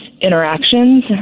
interactions